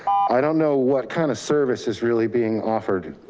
i don't know what kind of service is really being offered.